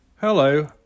Hello